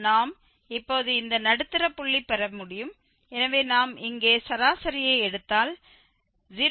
நாம் இப்போது இந்த நடுத்தர புள்ளி பெற முடியும் எனவே நாம் இங்கே சராசரியை எடுத்தால் 0